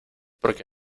porque